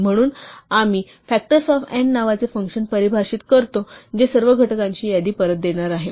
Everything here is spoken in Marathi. म्हणून आम्ही फॅकटर्स ऑफ n नावाचे फंक्शन परिभाषित करतो जे सर्व घटकांची यादी परत देणार आहे